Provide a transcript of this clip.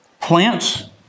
Plants